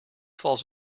falls